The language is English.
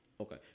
okay